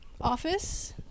office